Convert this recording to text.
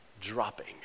dropping